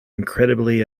incredibly